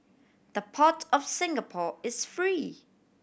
the Port of Singapore is free